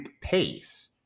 pace